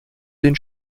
den